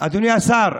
אדוני השר,